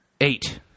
Eight